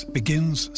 begins